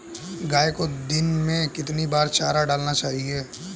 गाय को दिन में कितनी बार चारा डालना चाहिए?